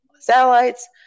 satellites